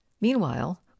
meanwhile